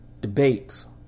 debates